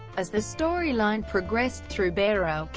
as the storyline progressed through bearer,